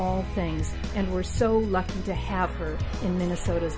all things and we're so lucky to have her in minnesota